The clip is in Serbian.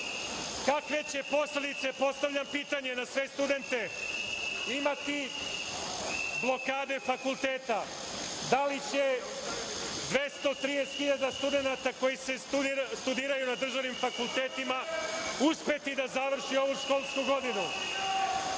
kakve će posledice za sve studente imati blokade fakulteta? Da li će 230 hiljade studenata koji studiraju na državnim fakultetima uspeti da završi ovu školsku godinu?